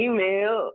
Email